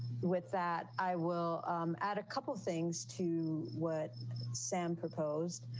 with that, i will add a couple things to what sam proposed.